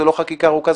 זו לא חקיקה ארוכה,